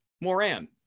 Moran